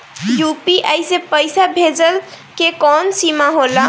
UPI से पईसा भेजल के कौनो सीमा होला?